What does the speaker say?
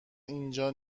اینجا